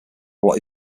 what